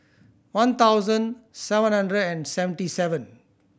one thousand seven hundred and seventy seven